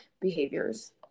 behaviors